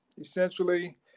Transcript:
essentially